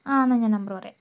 ആ എന്നാൽ ഞാന് നമ്പര് പറയാം